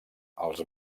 els